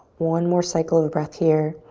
one more cycle of breath here.